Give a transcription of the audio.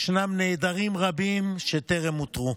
ישנם נעדרים רבים שטרם אותרו.